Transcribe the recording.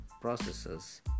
processes